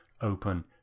open